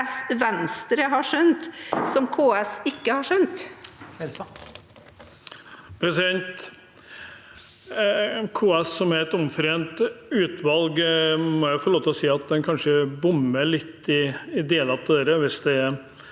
KS er et om- forent utvalg, og jeg må få lov til å si at en kanskje bommer litt i deler av dette hvis det er